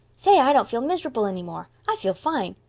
say, i don't feel mis'rubul any more. i feel fine.